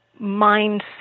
mindset